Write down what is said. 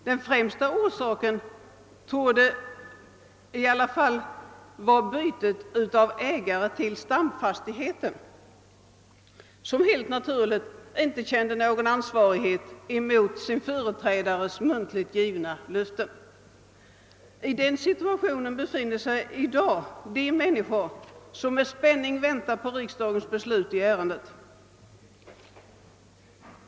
Den främsta orsaken torde vara byte av ägare till stamfastigheten; den nye ägaren kände helt naturligt inte något ansvar för sin företrädares muntliga löften. Många människor befinner sig i dag i den situationen, att de med spänning avvaktar riksdagens beslut i ärendet.